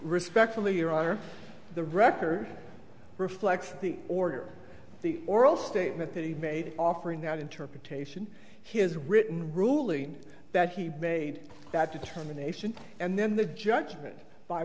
respectfully your honor the record reflects the order the oral statement that he made offering that interpretation his written ruling that he made that determination and then the judgment by